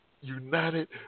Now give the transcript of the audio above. united